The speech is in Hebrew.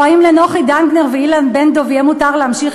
או אם לנוחי דנקנר ואילן בן-דב יהיה מותר להמשיך